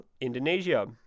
Indonesia